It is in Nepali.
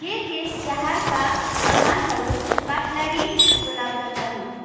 के केश स्याहारका सामानहरू कटलरी उपलब्ध छन्